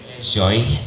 Joy